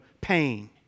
pain